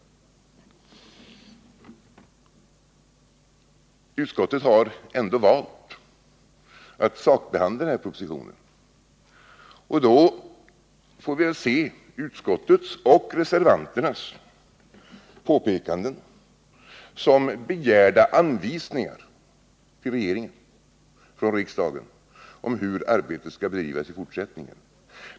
Utskottet har ändå valt att sakbehandla propositionen, och då får vi väl se utskottets och reservanternas påpekanden som att riksdagen av regeringen bör begära anvisningar om hur arbetet skall bedrivas i fortsättningen.